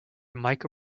mike